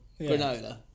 granola